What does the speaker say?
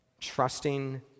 Trusting